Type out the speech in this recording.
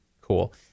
cool